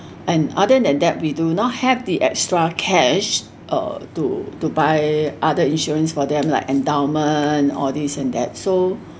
and other than that we do not have the extra cash uh to to buy other insurance for them like endowment all this and that so